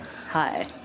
Hi